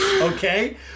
Okay